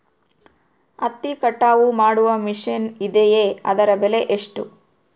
ಹತ್ತಿ ಕಟಾವು ಮಾಡುವ ಮಿಷನ್ ಇದೆಯೇ ಅದರ ಬೆಲೆ ಎಷ್ಟು?